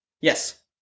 Yes